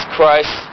Christ